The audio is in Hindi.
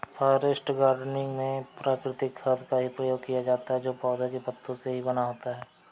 फॉरेस्ट गार्डनिंग में प्राकृतिक खाद का ही प्रयोग किया जाता है जो पौधों के पत्तों से ही बना होता है